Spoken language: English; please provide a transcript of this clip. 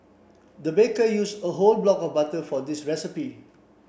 the baker use a whole block of butter for this recipe